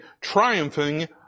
triumphing